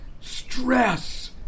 stress